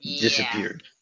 disappeared